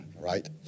right